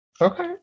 okay